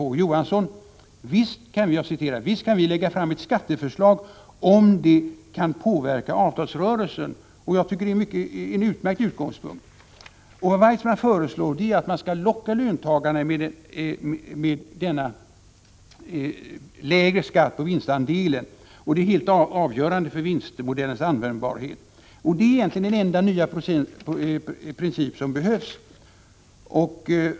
Å. Johansson: Visst kan vi lägga fram ett skatteförslag, om det kan påverka avtalsrörelsen. Jag tycker att det är en utmärkt utgångspunkt. Vad Weitzman föreslår är att man skall locka löntagarna med denna lägre skatt på vinstandelen. Det är helt avgörande för vinstandelsmodellens användbarhet. Det är egentligen den enda nya princip som behövs.